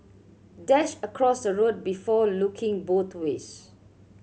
dash across the road before looking both ways